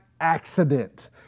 accident